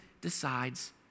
decides